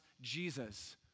Jesus